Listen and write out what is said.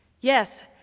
Yes